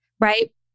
right